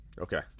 Okay